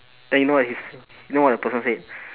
then you know what he's you know what the person said